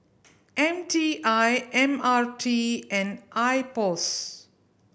M T I M R T and I POS